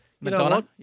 Madonna